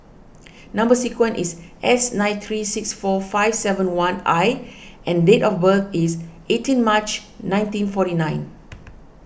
Number Sequence is S nine three six four five seven one I and date of birth is eighteen March nineteen forty nine